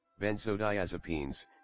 Benzodiazepines